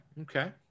Okay